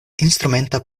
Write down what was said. instrumenta